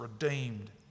redeemed